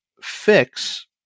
fix